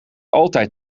altijd